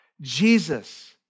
Jesus